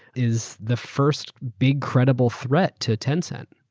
is the first big credible threat to tencent.